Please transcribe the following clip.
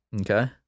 Okay